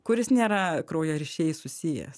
kuris nėra kraujo ryšiais susijęs